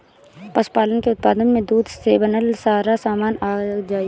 पशुपालन के उत्पाद में दूध से बनल सारा सामान आ जाई